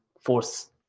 force